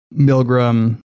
Milgram